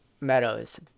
Meadows